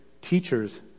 teachers